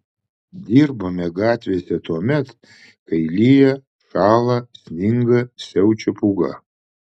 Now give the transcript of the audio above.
dirbame gatvėse tuomet kai lyja šąla sninga siaučia pūga